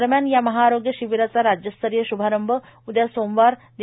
दरम्यान या महाआरोग्य शिबीराचा राज्यस्तरीय शुभारंभ उद्या सोमवारी दि